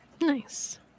Nice